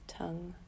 tongue